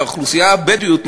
לאוכלוסייה הבדואית,